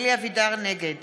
נגד